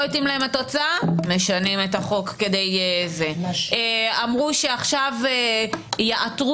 לא התאימה להם התוצאה משנים את החוק; אמרו שעכשיו יעתרו